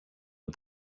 eau